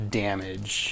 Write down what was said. damage